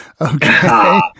Okay